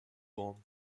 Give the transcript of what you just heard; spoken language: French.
grande